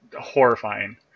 Horrifying